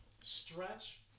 stretch